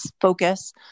focus